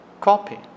copy